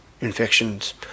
infections